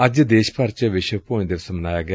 ਅੱਜ ਦੇਸ਼ ਭਰ ਚ ਵਿਸ਼ਵ ਭੌਇੰ ਦਿਵਸ ਮਨਾਇਆ ਗਿਆ